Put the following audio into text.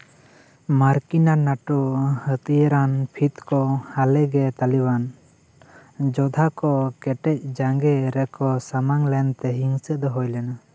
ᱢᱟᱨᱠᱤᱱ ᱟᱨ ᱱᱟᱴᱳ ᱦᱟᱹᱛᱭᱟᱹᱨᱟᱱ ᱵᱷᱤᱛ ᱠᱚ ᱦᱟᱞᱮᱜᱮ ᱛᱟᱹᱞᱤᱵᱟᱱ ᱡᱳᱫᱽᱫᱷᱟ ᱠᱚ ᱠᱮᱴᱮᱡ ᱡᱟᱝᱜᱮ ᱨᱮᱠᱚ ᱥᱟᱢᱟᱝ ᱞᱮᱱᱛᱮ ᱦᱤᱝᱥᱟᱹ ᱫᱚ ᱦᱩᱭ ᱞᱮᱱᱟ